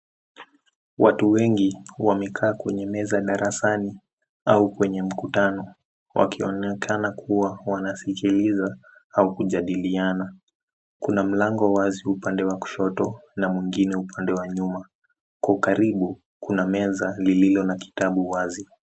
Watu wengi wamekaa kwenye meza darasani au kwenye mkutano wakionekana kuwa wanasikiliza au kujadiliana. Kuna mlango wazi upande wa kushoto na mwingine upande wa nyuma. Kwa ukaribu kuna meza iliyo na kitabu wazi.